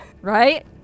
Right